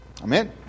Amen